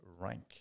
rank